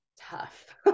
tough